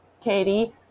Katie